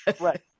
right